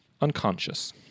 unconscious